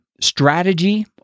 strategy